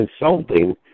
insulting